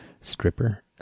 Stripper